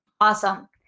Awesome